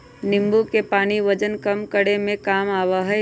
नींबू के पानी वजन कम करे में काम आवा हई